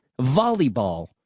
volleyball